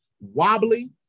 wobbly